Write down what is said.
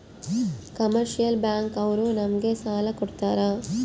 commercial bank ಅವ್ರು ನಮ್ಗೆ ಸಾಲ ಕೊಡ್ತಾರ